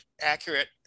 accurate